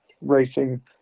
racing